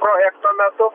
projekto metu